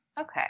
Okay